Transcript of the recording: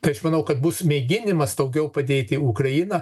tai aš manau kad bus mėginimas daugiau padėt į ukrainą